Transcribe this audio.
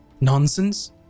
nonsense